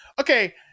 Okay